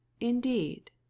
indeed